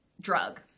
drug